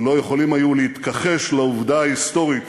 לא יכולים היו להתכחש לעובדה ההיסטורית